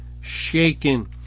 shaken